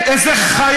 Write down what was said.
אנחנו נגד זה, איזו חיה.